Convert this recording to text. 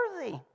worthy